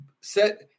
Set